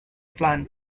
plan